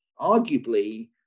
arguably